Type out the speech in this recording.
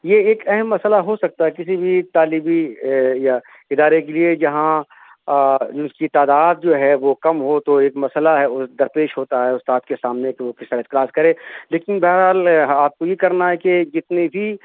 یہ ایک اہم مسئلہ ہو سکتا ہے کسی بھی تعلیمی یا ادارے کے لیے جہاں اس کی تعداد جو ہے وہ کم ہو تو ایک مسئلہ ہے وہ درپیش ہوتا ہے استاد کے سامنے کے وہ کس ظرح سے کلاس کرے لیکن بہرحال آپ کو یہ کرنا ہے کہ جتنی بھی